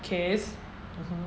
kays mmhmm